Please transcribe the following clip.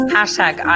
Hashtag